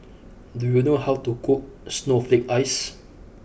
do you know how to cook Snowflake Ice